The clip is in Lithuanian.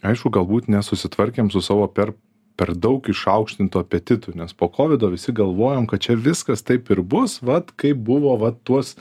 aišku galbūt nesusitvarkėm su savo per per daug išaukštintu apetitu nes po kovido visi galvojom kad čia viskas taip ir bus vat kaip buvo va tuos